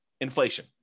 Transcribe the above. Inflation